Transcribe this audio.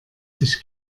sich